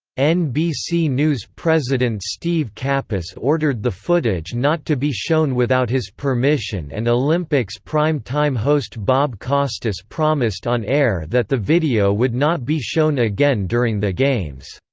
nbc news president steve capus ordered the footage not to be shown without his permission and olympics prime time host bob costas promised on-air that the video would not be shown again during the games.